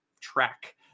track